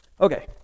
okay